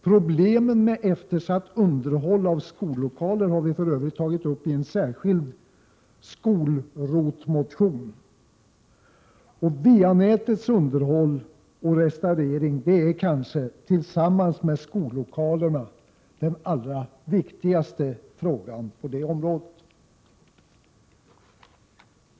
Problemen med eftersatt underhåll av skollokaler har vi för övrigt tagit upp i en särskild ”skol-ROT-motion”. VA-nätets underhåll och restaurering är tillsammans med underhållet av skollokalerna den kanske allra viktigaste frågan på det området.